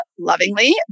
lovingly